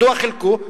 מדוע חילקו?